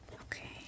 Okay